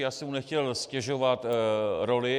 Já jsem mu nechtěl ztěžovat roli.